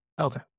Okay